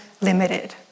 limited